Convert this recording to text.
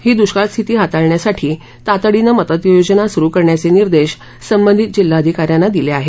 ही दुष्काळस्थिती हाताळण्यासाठी तातडीनं मदत योजना सुरु करण्याचे निर्देश संबंधित जिल्हाधिकाऱ्यांना दिले आहेत